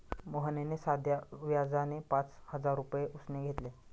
मोहनने साध्या व्याजाने पाच हजार रुपये उसने घेतले